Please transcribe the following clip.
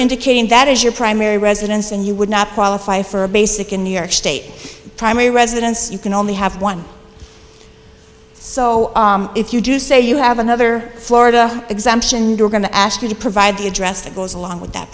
indicating that is your primary residence and you would not qualify for a basic in new york state primary residence you can only have one so if you do say you have another florida exemption they're going to ask you to provide the address that goes along with that